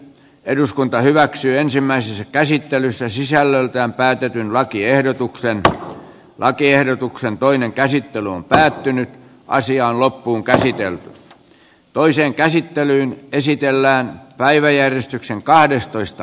eduskunta hyväksyi ensimmäisessä käsittelyssä sisällöltään päätetyn lakiehdotuksen on lakiehdotuksen toinen käsittely on päättynyt ja asia loppuunkäsitellä toiseen käsittelyyn esitellään päiväjärjestyksen kahdestoista